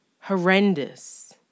horrendous